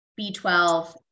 B12